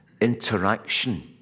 interaction